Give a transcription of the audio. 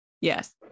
yes